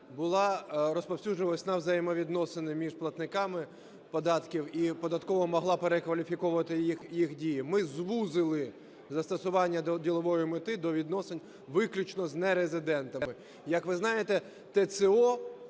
мета" розповсюджувалась на взаємовідносини між платниками податків і податкова могла перекваліфіковувати їх дії. Ми звузили застосування "ділової мети" до відносин виключно з нерезидентами.